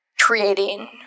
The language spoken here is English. creating